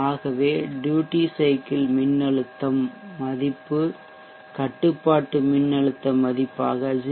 ஆகவே duty cycle மின்னழுத்தம் மதிப்பு கட்டுப்பாட்டு மின்னழுத்த மதிப்பாக 0